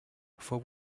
fou